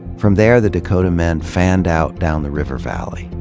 from there, the dakota men fanned out down the river valley,